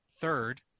Third